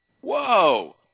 Whoa